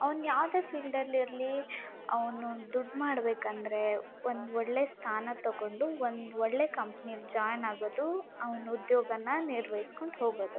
ಅವ್ನು ಯಾವುದೆ ಫೀಲ್ಡಡಲ್ಲಿ ಇರಲಿ ಅವನು ದುಡ್ಡು ಮಾಡಬೇಕಂದ್ರೆ ಒಂದು ಒಳ್ಳೆ ಸ್ಥಾನ ತಗೊಂಡು ಒಂದು ಒಳ್ಳೆ ಕಂಪ್ನಿಯಲ್ಲಿ ಜಾಯ್ನ್ ಆಗೋದು ಅವ್ನು ಉದ್ಯೋಗನ ನಿರ್ವಹಿಸ್ಕೊಂಡು ಹೋಗೊದು